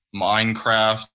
Minecraft